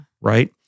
right